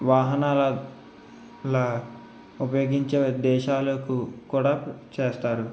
వాహనాల ల ఉపయోగించే దేశాలకు కూడా చేస్తారు